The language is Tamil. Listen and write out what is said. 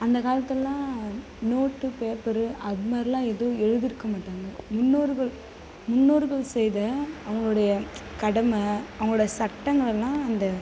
அந்த காலத்திலலாம் நோட்டு பேப்பரு அதுமாதிரிலாம் எதுவும் எழுதியிருக்கமாட்டாங்க முன்னோர்கள் முன்னோர்கள் செய்த அவங்களுடைய கடமை அவங்களோட சட்டங்களலாம் அந்த